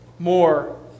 more